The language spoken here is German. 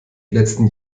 letzten